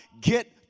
get